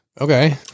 Okay